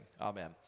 amen